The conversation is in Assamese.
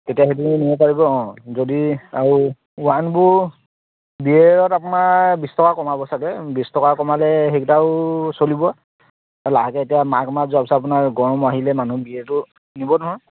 তেতিয়া সেইটো নিব পাৰিব অঁ যদি আৰু ৱাইনবোৰ বিয়েৰত আপোনাৰ বিছ টকা কমাব চাগে বিছ টকা কমালে সেইকেইটাও চলিব লাহেকৈ এতিয়া মাঘ মাহ যোৱাৰ পাছত আপোনাৰ গৰম আহিলে মানুহে বিয়েৰটো নিব নহয়